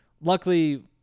Luckily